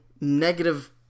negative